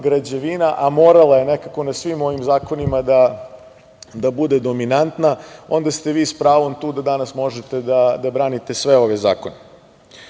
građevina, a morala je nekako na svim ovim zakonima da bude dominantna, onda ste vi s pravom tu da danas možete da branite sve ove zakone. Što